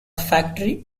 factory